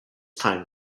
time